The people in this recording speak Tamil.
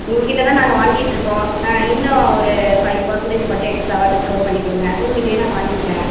உங்ககிட்டேதான் நாங்கள் வாங்கிட்டிருக்கோம் ஆ இன்னும் ஒரு ஃபைவ் பர்சன்டேஜ் மட்டும் எக்ஸ்ட்ராவாக டிஸ்கவுண்ட் பண்ணி கொடுங்க உங்ககிட்டேயே நான் வாங்கிக்கிறேன்